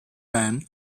band